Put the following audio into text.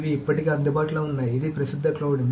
ఇవి ఇప్పటికే అందుబాటులో ఉన్నాయి ఇది ప్రసిద్ధ క్లౌడ్